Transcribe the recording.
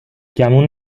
گمون